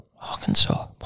Arkansas